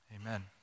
Amen